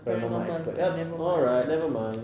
paranormal expert yup alright nevermind